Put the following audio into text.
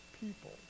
people